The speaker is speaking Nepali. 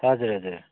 हजुर हजुर